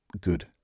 good